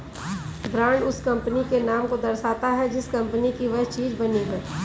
brand उस company के नाम को दर्शाता है जिस कंपनी की वह चीज बनी है